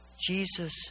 Jesus